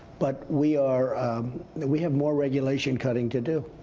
but we are we have more regulation cutting to do.